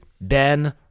Ben